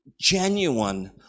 genuine